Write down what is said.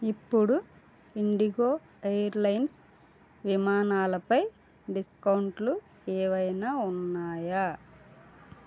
ఇప్పుడు ఇండిగో ఎయిర్లైన్స్ విమానాలపై డిస్కౌంట్లు ఏవైనా ఉన్నాయా